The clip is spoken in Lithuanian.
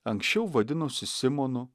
anksčiau vadinosi simonu